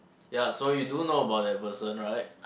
ya so you do know about that person right